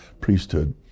priesthood